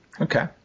Okay